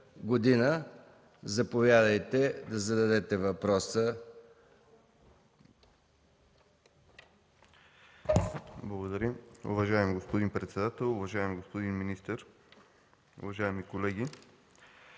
г. Заповядайте, да зададете въпроса.